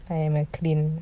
I'm a clean